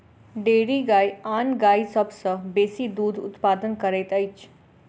dairy गाय आन गाय सभ सॅ बेसी दूध उत्पादन करैत छै